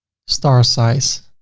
star size,